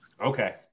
okay